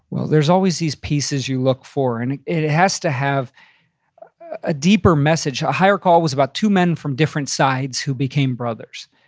well, there's always these pieces you look for. and it it has to have a deeper message. a higher call was about two men from different sides who became brothers,